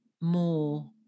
more